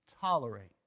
tolerate